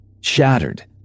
shattered